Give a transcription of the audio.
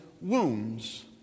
wounds